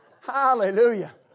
hallelujah